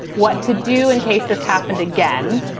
what to do in case this happened again.